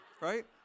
right